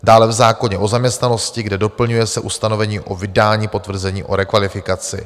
Dále v zákoně o zaměstnanosti, kde se doplňuje ustanovení o vydání potvrzení o rekvalifikaci.